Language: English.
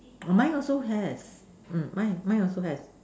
oh mine also has mm mine mine also has